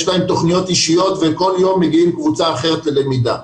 יש להם תכניות אישיות וכל יום מגיעה קבוצה אחרת ללמידה,